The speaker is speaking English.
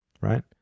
right